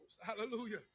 Hallelujah